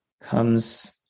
comes